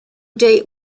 date